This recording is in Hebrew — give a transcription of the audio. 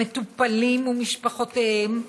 המטופלים ומשפחותיהם,